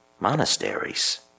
Monasteries